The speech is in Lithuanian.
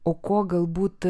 o ko galbūt